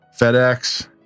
FedEx